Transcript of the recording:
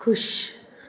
खु़शि